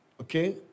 Okay